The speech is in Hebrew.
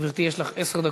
גברתי, יש לך עשר דקות.